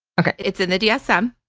okay. it's in the dsm.